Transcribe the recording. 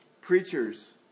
preachers